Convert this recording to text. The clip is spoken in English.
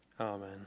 amen